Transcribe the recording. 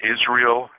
Israel